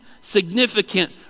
significant